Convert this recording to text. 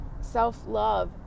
self-love